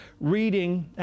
reading